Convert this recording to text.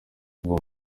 kuva